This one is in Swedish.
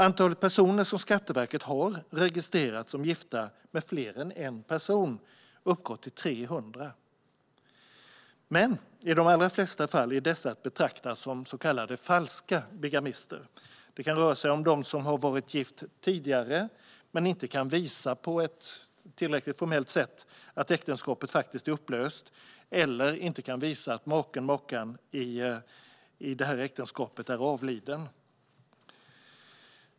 Antalet personer som Skatteverket har registrerat som gifta med fler än en person uppgår till ca 300. I de allra flesta fall är dessa att betrakta som så kallade falska bigamister. Det kan röra sig om en som varit gift tidigare men inte kan visa på ett tillräckligt formellt sätt att äktenskapet är upplöst eller att ens före detta make eller maka i äktenskapet är avliden.